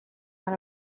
than